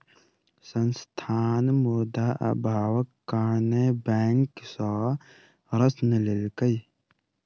संस्थान, मुद्रा अभावक कारणेँ बैंक सॅ ऋण लेलकै